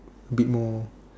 a bit more